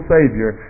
Savior